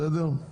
בסדר?